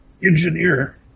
engineer